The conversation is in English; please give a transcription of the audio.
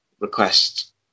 request